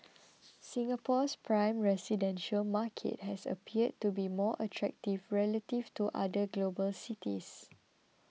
Singapore's prime residential market has appeared to be more attractive relative to other global cities